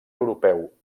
europeu